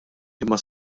imma